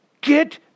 Get